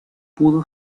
pudo